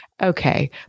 okay